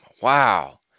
Wow